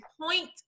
Point